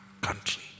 country